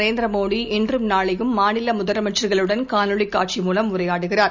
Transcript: நரேந்திர மோடி இன்றும் நாளையும் மாநில முதலமைச்சர்களுடன் காணொளி காட்சி மூலம் உரையாடுகிறார்